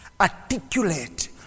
articulate